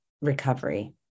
recovery